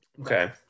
Okay